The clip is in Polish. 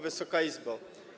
Wysoka Izbo!